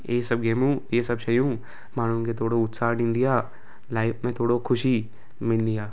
इहे सभु गेमूं इहे सभु शयूं माण्हुनि खे थोरो उत्साह ॾींदी आहे लाइफ में थोरो ख़ुशी मिलंदी आहे